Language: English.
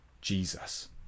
Jesus